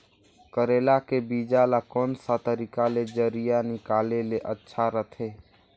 करेला के बीजा ला कोन सा तरीका ले जरिया निकाले ले अच्छा रथे?